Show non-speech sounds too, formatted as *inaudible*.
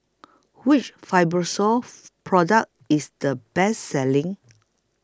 Which Fibrosol *unintelligible* Product IS The Best Selling